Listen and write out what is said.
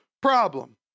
problem